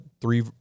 three